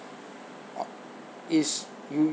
uh it's you